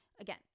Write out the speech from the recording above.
again